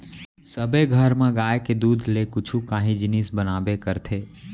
सबे घर म गाय के दूद ले कुछु काही जिनिस बनाबे करथे